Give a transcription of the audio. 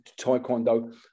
Taekwondo